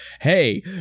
hey